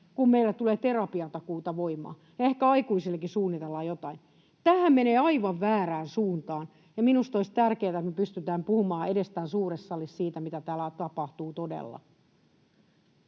kun meillä tulee terapiatakuuta voimaan ja ehkä aikuisillekin suunnitellaan jotain. Tämähän menee aivan väärään suuntaan, ja minusta olisi tärkeätä, että me pystytään puhumaan edes täällä suuressa salissa siitä, mitä täällä tapahtuu todella.